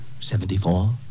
Seventy-four